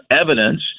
evidence